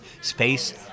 space